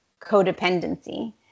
codependency